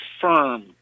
firm